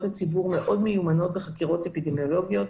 הציבור מאוד מיומנות בחקירות אפידמיולוגיות,